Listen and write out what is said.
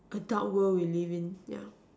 adult world we live in